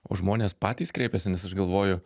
o žmonės patys kreipiasi nes aš galvoju